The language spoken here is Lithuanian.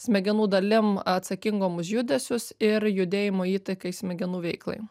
smegenų dalim atsakingom už judesius ir judėjimo įtakai smegenų veiklai